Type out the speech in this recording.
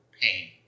pain